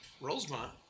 Rosemont